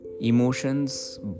Emotions